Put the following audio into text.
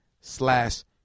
slash